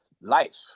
life